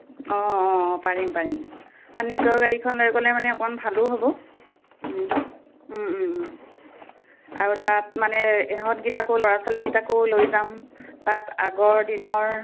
অঁ অঁ পাৰিম পাৰিম আৰু নিজৰ গাড়ীখন লৈ গ'লে মানে অকণমান ভালো হ'ব আৰু তাত মানে ইহঁতকেইটাকো ল'ৰা ছোৱালীকেইটাকো লৈ যাম তাত আগৰ দিনৰ